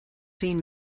seen